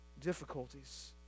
difficulties